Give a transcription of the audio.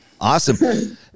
Awesome